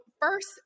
first